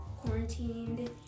quarantined